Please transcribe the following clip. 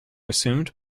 assumed